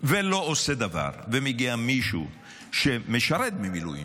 ולא עושה דבר, ומגיע מישהו שמשרת במילואים,